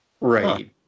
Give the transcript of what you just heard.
Right